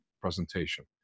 presentation